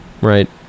right